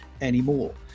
anymore